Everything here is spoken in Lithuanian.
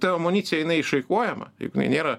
ta amunicija jinai išeikvojama juk jinai nėra